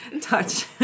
touch